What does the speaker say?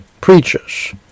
Preachers